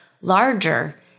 larger